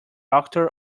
doctor